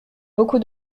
beaucoup